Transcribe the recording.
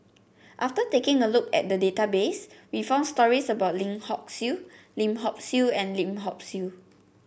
after taking a look at the database we found stories about Lim Hock Siew Lim Hock Siew and Lim Hock Siew